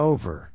Over